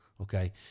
okay